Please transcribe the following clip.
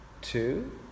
two